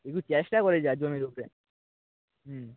একটু চেষ্টা করে যা জমির উপরে হুম